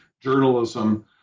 journalism